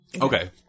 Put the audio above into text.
Okay